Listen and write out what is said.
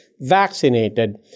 vaccinated